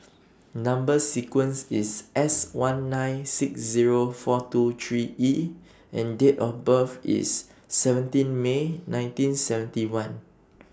Number sequence IS S one nine six Zero four two three E and Date of birth IS seventeen May nineteen seventy one